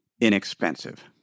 inexpensive